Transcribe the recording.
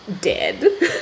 dead